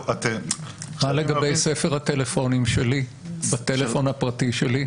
מה לגבי ספר הטלפונים שלי בטלפון הפרטי שלי?